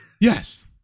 Yes